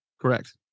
Correct